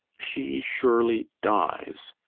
she surely dies.